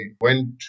went